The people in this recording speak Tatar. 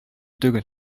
түгел